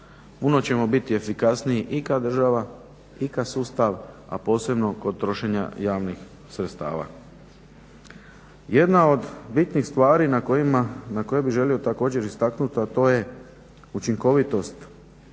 Puno ćemo biti efikasniji i kao država i kao sustav a posebno kod trošenja javnih sredstava. Jedna od bitnih stvari koje bih želio također istaknuti, a to je učinkovitost